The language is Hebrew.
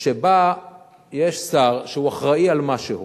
שבה יש שר שהוא אחראי על משהו